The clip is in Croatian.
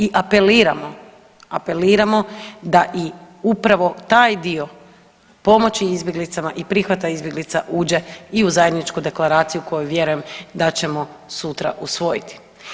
I apeliramo, apeliramo da i upravo taj dio pomoći izbjeglicama i prihvata izbjeglica uđe i u zajedničku deklaraciju koju vjerujem da ćemo sutra usvojiti.